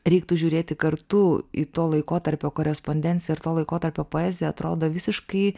reiktų žiūrėti kartu į to laikotarpio korespondenciją ir to laikotarpio poeziją atrodo visiškai